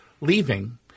leaving